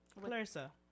Clarissa